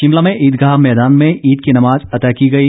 शिमला में ईदगाह मैदान में ईद की नमाज अता की गई